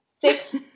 six